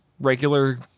regular